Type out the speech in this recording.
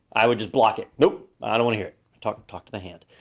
i would just block it. nope, i don't wanna hear it, talk to talk to the hand.